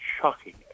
shocking